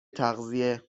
تغذیه